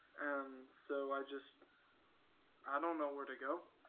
and so i just i don't know where to go.